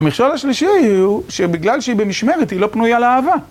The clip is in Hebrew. המכשול השלישי הוא שבגלל שהיא במשמרת היא לא פנויה לאהבה.